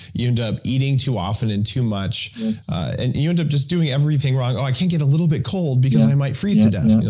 you end up eating too often and too much yes and you you end up just doing everything wrong. oh, i can't get a little bit cold because i might freeze to death.